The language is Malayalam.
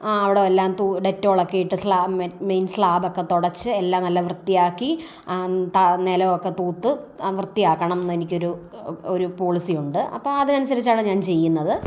ആ അവിടെയെല്ലാം തൂ ഡെറ്റോളൊക്കെ ഇട്ടു സ്ളാ മേ മി സ്ലാബൊക്കെ തുടച്ച് എല്ലാം നല്ല വൃത്തിയാക്കി ത നിലമൊക്കെ തൂത്ത് വൃത്തിയാക്കണം എന്നെനിക്കൊരു ഒരു പോളിസി ഉണ്ട് അപ്പം അതിനനുസരിച്ച് ആണ് ഞാൻ ചെയ്യുന്നത്